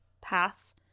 paths